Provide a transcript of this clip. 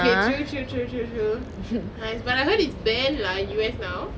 okay true true true true true !hais! but I heard it's ban lah in U_S now